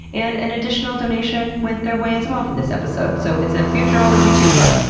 and an additional donation went their way as well for this episode, so it's a futurology twofer,